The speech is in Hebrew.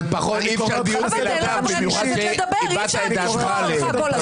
אבל --- במיוחד שהבעת את דעתך עליהם.